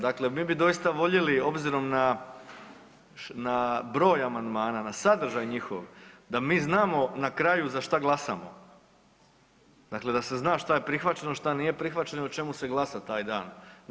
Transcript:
Dakle, mi bi doista voljeli obzirom na broj amandmana, na sadržaj njihov da mi znamo na kraju za šta glasamo, dakle da se zna šta je prihvaćeno, šta nije prihvaćeno i o čemu se glasa taj dan.